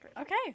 Okay